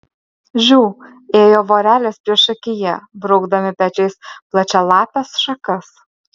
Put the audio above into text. žiu ėjo vorelės priešakyje braukdami pečiais plačialapes šakas